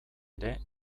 ere